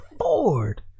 afford